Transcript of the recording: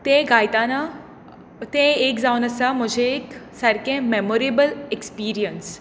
तें गायताना तें एक जावन आसा म्हजें एक सारकें मॅमोरेबल एक्सपिरियन्स